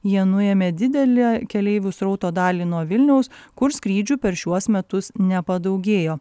jie nuėmė didelę keleivių srauto dalį nuo vilniaus kur skrydžių per šiuos metus nepadaugėjo